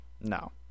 no